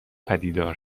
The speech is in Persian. پدیدار